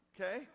Okay